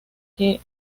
que